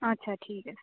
আচ্ছা ঠিক আছে